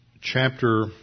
chapter